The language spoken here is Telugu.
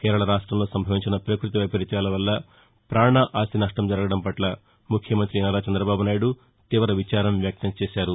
కేరళ రాష్టంలో సంభవించిన పకృతివైపరిత్యాల వల్ల పాణ ఆస్టి నష్టం జరగడం పట్ల ముఖ్యమంతి నారా చందబాబు నాయుడు తీవ విచారం వ్యక్తంచేశారు